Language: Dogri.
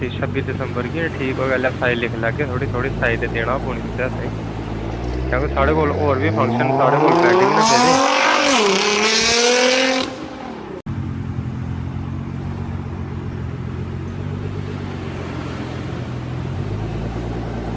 एह् छब्बी दिसंबर गी ठीक ते साई ते लिखी लैगे ते साई ते तुसें देना पौनी स्हानू ते साढ़े कोल होर बी फंक्शन होर पैंडिंग न पेदे